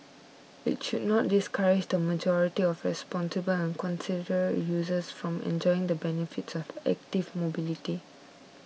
it should not discourage the majority of responsible and considerate users from enjoying the benefits of active mobility